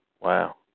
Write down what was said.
wow